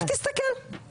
לך תסתכל,